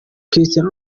cristiano